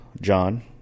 john